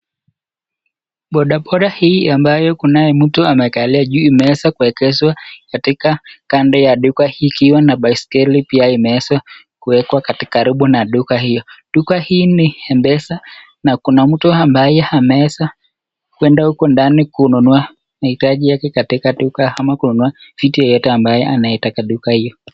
Bodaboda hii ambayo kunayo mtu amekalia juu imewezwa kuegeshwa katika kando ya duka ikiwa na baiskeli pia imewezwa kuwekwa katika karibu na duka hii, duka hii ni mpesa na kuna mtu ambaye ameweza kuenda huko ndani kununua mahitaji yake katika duka ama kununua vitu yeyote ambaye anayeitaka duka hiyo.